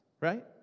right